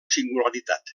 singularitat